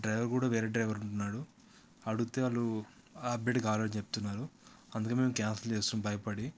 driver కూడా వేరే driver ఉంటున్నాడు అడిగితే వాళ్ళు అప్డేట్ కాలేదు అని చెప్తున్నారు అందుకే మేము క్యాన్సిల్ చేస్తున్నాము భయపడి